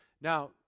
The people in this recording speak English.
Now